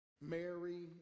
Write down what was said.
Mary